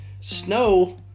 Snow